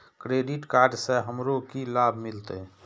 Credit card से हमरो की लाभ मिलते?